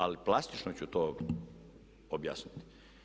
Ali plastično ću to objasniti.